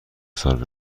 ساحل